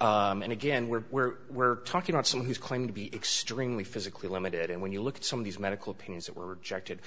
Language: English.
rafting and again we're we're we're talking about some who claim to be extremely physically limited and when you look at some of these medical opinions that were rejected